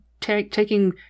Taking